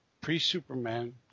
pre-Superman